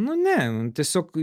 nu ne nu tiesiog